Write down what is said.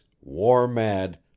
war-mad